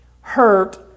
hurt